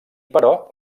però